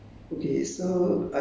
in udon thani